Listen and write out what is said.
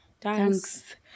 Thanks